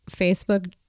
Facebook